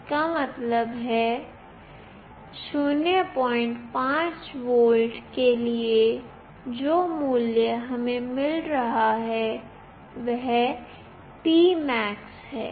इसका मतलब है 05 वोल्ट के लिए जो मूल्य हमें मिल रहा है वह P max है